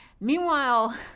Meanwhile—